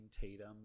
tatum